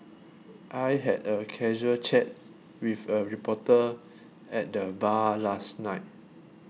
I had a casual chat with a reporter at the bar last night